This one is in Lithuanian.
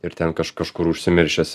ir ten kažkur užsimiršęs